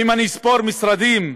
אם אני אספור משרדים,